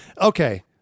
Okay